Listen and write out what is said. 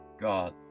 God